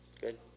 Good